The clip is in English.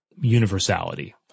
universality